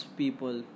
people